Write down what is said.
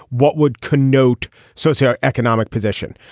what would connote socio economic position.